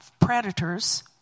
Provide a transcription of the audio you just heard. predators